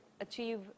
achieve